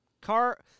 Car